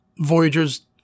Voyager's